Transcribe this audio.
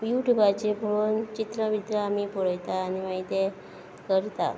यूट्युबाचेर पळोवन चित्रा बित्रां आमी पळयता आनी मागीर ते करता